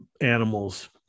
animals